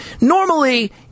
normally